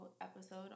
episode